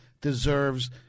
deserves